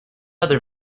other